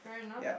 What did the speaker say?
fair enugh